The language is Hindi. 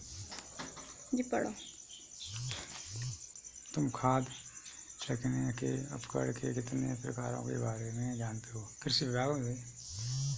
तुम खाद छिड़कने के उपकरण के कितने प्रकारों के बारे में जानते हो?